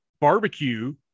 Barbecue